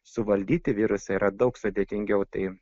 suvaldyti virusą yra daug sudėtingiau tai